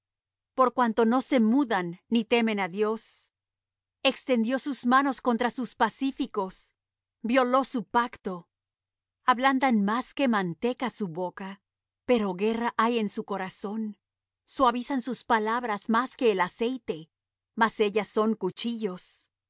por cuanto no se mudan ni temen á dios extendió sus manos contra sus pacíficos viólo su pacto ablandan más que manteca su boca pero guerra hay en su corazón suavizan sus palabras más que el aceite mas ellas son cuchillos